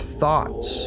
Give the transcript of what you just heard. thoughts